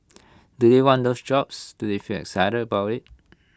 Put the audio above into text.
do they want those jobs do they feel excited about IT